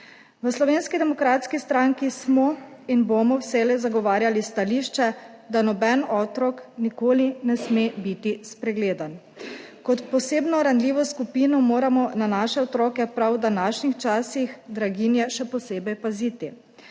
V Slovenski demokratski stranki smo in bomo vselej zagovarjali stališče, da noben otrok nikoli ne sme biti spregledan. Kot posebno ranljivo skupino moramo na naše otroke prav v današnjih časih draginje še posebej paziti.